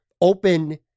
open